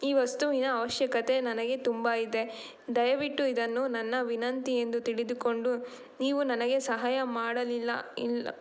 ಈ ವಸ್ತುವಿನ ಅವಶ್ಯಕತೆ ನನಗೆ ತುಂಬ ಇದೆ ದಯವಿಟ್ಟು ಇದನ್ನು ನನ್ನ ವಿನಂತಿ ಎಂದು ತಿಳಿದುಕೊಂಡು ನೀವು ನನಗೆ ಸಹಾಯ ಮಾಡಲಿಲ್ಲ ಇಲ್ಲ